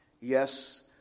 Yes